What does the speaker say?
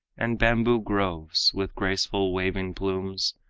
and bamboo groves, with graceful waving plumes,